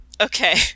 Okay